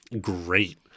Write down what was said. Great